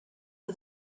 for